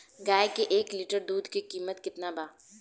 गाय के एक लीटर दुध के कीमत केतना बा?